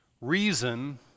Reason